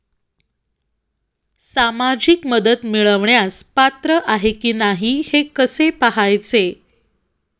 सामाजिक मदत मिळवण्यास पात्र आहे की नाही हे कसे पाहायचे?